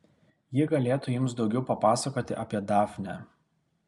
ji galėtų jums daugiau papasakoti apie dafnę